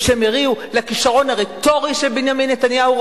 שהם הריעו לכשרון הרטורי של בנימין נתניהו,